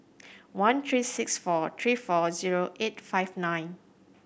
one three six four three four zero eight five nine